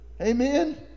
Amen